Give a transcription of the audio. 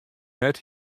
net